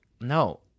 no